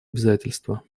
обязательства